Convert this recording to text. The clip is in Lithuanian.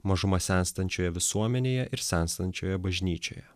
mažuma senstančioje visuomenėje ir senstančioje bažnyčioje